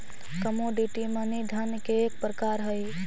commodity money धन के एक प्रकार हई